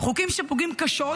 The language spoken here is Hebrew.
חוקים שפוגעים קשות,